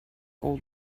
old